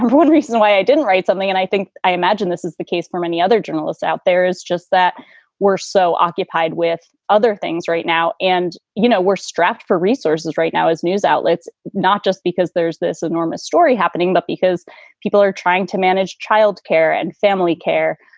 one reason why i didn't write something and i think i imagine this is the case for many other journalists out there is just that we're so occupied with other things right now. and, you know, we're strapped for resources right now as news outlets, not just because there's this enormous story happening, but because people are trying to manage childcare and family care.